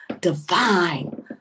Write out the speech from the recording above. divine